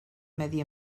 medi